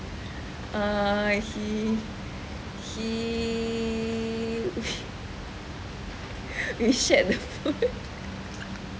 err he he we shared the food